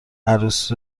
عروس